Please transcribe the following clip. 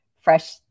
fresh